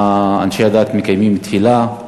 אנשי הדת מקיימים תפילה,